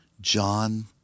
John